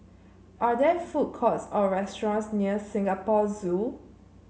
are there food courts or restaurants near Singapore Zoo